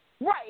Right